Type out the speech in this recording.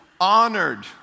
honored